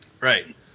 Right